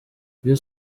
ibyo